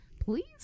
please